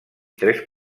tres